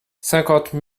cinquante